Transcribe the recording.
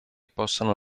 possano